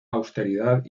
austeridad